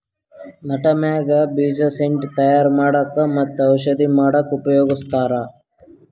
nutmeg ಬೀಜ scent ತಯಾರ್ ಮಾಡಕ್ಕ್ ಮತ್ತ್ ಔಷಧಿ ಮಾಡಕ್ಕಾ ಉಪಯೋಗಸ್ತಾರ್